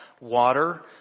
water